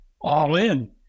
all-in